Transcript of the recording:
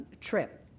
trip